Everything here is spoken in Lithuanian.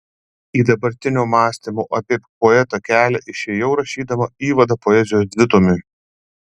į dabartinio mąstymo apie poetą kelią išėjau rašydama įvadą poezijos dvitomiui